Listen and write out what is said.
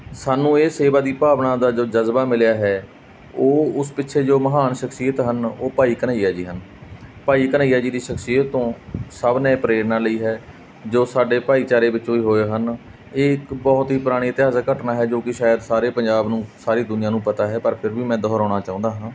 ਸਾਨੂੰ ਇਹ ਸੇਵਾ ਦੀ ਭਾਵਨਾ ਦਾ ਜੋ ਜਜ਼ਬਾ ਮਿਲਿਆ ਹੈ ਉਹ ਉਸ ਪਿੱਛੇ ਜੋ ਮਹਾਨ ਸ਼ਖਸੀਅਤ ਹਨ ਉਹ ਭਾਈ ਘਨੱਈਆ ਜੀ ਹਨ ਭਾਈ ਘਨੱਈਆ ਜੀ ਦੀ ਸ਼ਖਸੀਅਤ ਤੋਂ ਸਭ ਨੇ ਪ੍ਰੇਰਨਾ ਲਈ ਹੈ ਜੋ ਸਾਡੇ ਭਾਈਚਾਰੇ ਵਿੱਚੋਂ ਹੀ ਹੋਏ ਹਨ ਇਹ ਇੱਕ ਬਹੁਤ ਹੀ ਪੁਰਾਣੀ ਇਤਿਹਾਸਿਕ ਘਟਨਾ ਹੈ ਜੋ ਕਿ ਸ਼ਾਇਦ ਸਾਰੇ ਪੰਜਾਬ ਨੂੰ ਸਾਰੀ ਦੁਨੀਆਂ ਨੂੰ ਪਤਾ ਹੈ ਪਰ ਫਿਰ ਵੀ ਮੈਂ ਦੁਹਰਾਉਣਾ ਚਾਹੁੰਦਾ ਹਾਂ